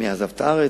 מי עזב את הארץ,